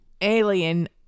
alien